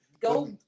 Go